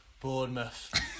Bournemouth